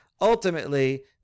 ultimately